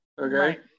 Okay